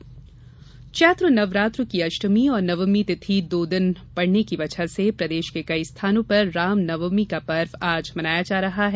रामनवमीं चैत्र नवरात्र की अष्टमी और नवमीं तिथि दो दिन पड़ने की वजह से प्रदेश के कई स्थानों पर रामनवमी का पर्व आज मनाया जा रहा है